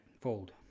fold